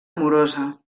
amorosa